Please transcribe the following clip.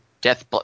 Death